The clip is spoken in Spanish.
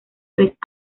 tres